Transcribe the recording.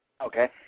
Okay